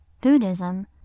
Buddhism